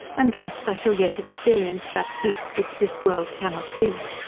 and trust i shall yet experience that peace, which this world cannot give.